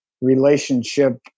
relationship